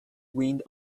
wind